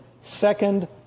Second